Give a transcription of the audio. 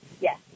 Yes